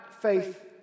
faith